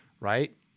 right